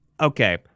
Okay